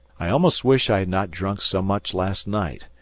i almost wish i had not drunk so much last night,